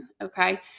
Okay